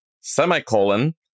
semicolon